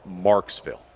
Marksville